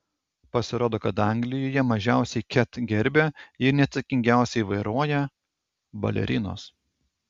pasirodo kad anglijoje mažiausiai ket gerbia ir neatsakingiausiai vairuoja balerinos